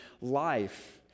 life